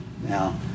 now